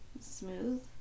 smooth